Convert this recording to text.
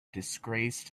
disgrace